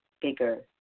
bigger